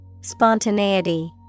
Spontaneity